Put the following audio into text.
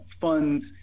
funds